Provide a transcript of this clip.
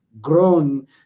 grown